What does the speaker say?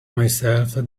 myself